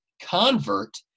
convert